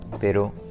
Pero